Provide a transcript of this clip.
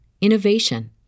innovation